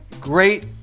Great